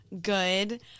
good